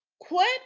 Quit